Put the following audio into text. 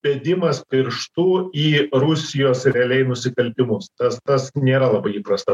bedimas pirštu į rusijos realiai nusikaltimus tas tas nėra labai įprasta